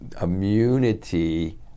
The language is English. immunity